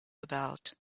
about